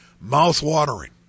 mouth-watering